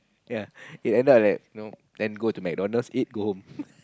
ya it end up like know then go McDonald's eat then go home